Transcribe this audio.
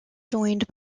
joined